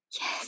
yes